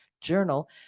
journal